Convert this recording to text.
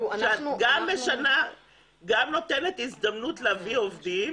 גם נותנת הזדמנות להביא עובדים